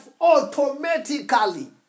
automatically